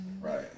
Right